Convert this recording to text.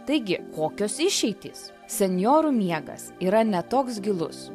taigi kokios išeitys senjorų miegas yra ne toks gilus